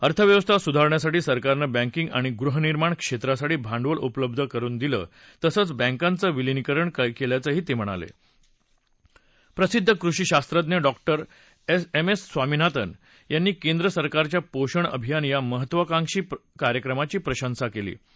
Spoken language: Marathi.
अर्थव्यवस्था सुधारण्यासाठी सरकारनं बँकिंग आणि गृहनिर्माण क्षक्रिसाठी भांडवल उपलब्ध करुन दिलं तसंच बँकांच विलिनीकरण कल्याचं तस्हिणाल प्रसिद्ध कृषी शास्त्रज्ञ डॉक्टर एम एस स्वामीनाथन यांनी केंद्रसरकारच्या पोषण अभियान या महत्त्वाकांक्षी कार्यक्रमाची प्रशंसा क्ली आहा